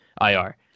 IR